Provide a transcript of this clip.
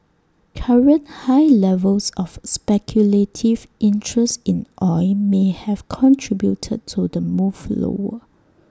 current high levels of speculative interest in oil may have contributed to the move lower